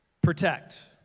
Protect